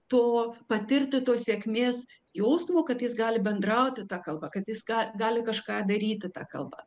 to patirti to sėkmės jausmo kad jis gali bendrauti ta kalba kad jis ką gali kažką daryti ta kalba